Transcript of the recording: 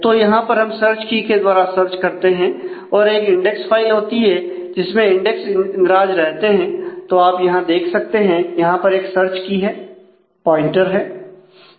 तो यहां पर हम सर्च की के द्वारा सर्च करते हैं और एक इंडेक्स फाइल होती है जिसमें इंडेक्स इंद्राज रहते हैं जो आप यहां देख सकते हैं यहां पर एक सर्च की है और प्वाइंटर है